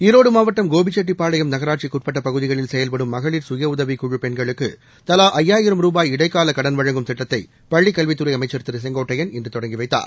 ஈரோடு மாவட்டம் கோபிச்செட்டிப்பாளையம் நகராட்சிக்கு உட்பட்ட பகுதிகளில் செயல்படும் மகளிர் சுய உதவி குழு பெண்களுக்கு தலா ஜயாயிரம் ரூபாய் இடைக்கால கடன் வழங்கும் திட்டத்தை பள்ளிக்கல்வித்துறை அமைச்சள் திரு செங்கோட்டையன் இன்று தொடங்கி வைத்தார்